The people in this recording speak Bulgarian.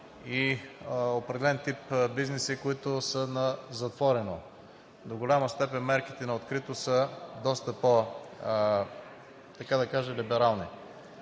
и определен тип бизнеси, които са на затворено. До голяма степен мерките на открито са доста по-либерални.